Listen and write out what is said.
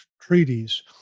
treaties